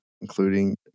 including